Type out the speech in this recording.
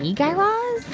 yeah guy raz,